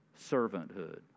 servanthood